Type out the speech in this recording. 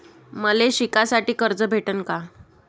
मले शिकासाठी कर्ज भेटन का?